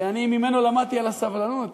שאני ממנו למדתי על הסבלנות.